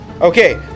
Okay